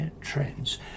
trends